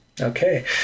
Okay